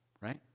right